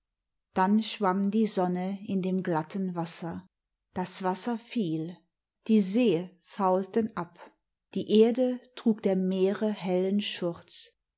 dann schwamm die sonne in dem glatten wasser das wasser fiel die see faulten ab die erde trug der meere hellen schurz